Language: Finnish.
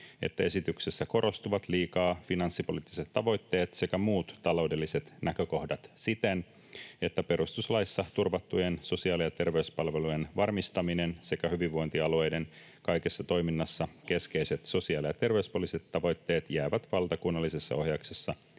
että esityksessä korostuvat liikaa finanssipoliittiset tavoitteet sekä muut taloudelliset näkökohdat siten, että perustuslaissa turvattujen sosiaali- ja terveyspalvelujen varmistaminen sekä hyvinvointialueiden kaikessa toiminnassa keskeiset sosiaali- ja terveyspoliittiset tavoitteet jäävät valtakunnallisessa ohjauksessa